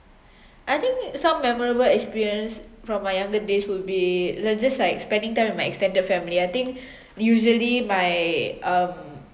I think some memorable experience from my younger days would be li~ just like spending time with my extended family I think usually my um